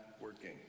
working